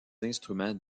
instruments